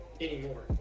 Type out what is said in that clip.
anymore